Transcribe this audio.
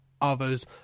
others